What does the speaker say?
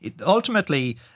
ultimately